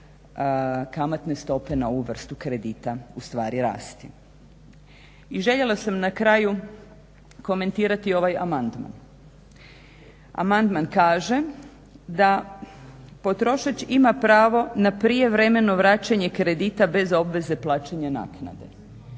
kamatne stope na ovu vrstu kredita, ustvari rasti. I željela sam na kraju komentirati ovaj amandman. Amandman kaže da potrošač ima pravo na prijevremeno vraćanje kredita bez obaveze plaćanja naknade.